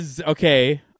Okay